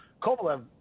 Kovalev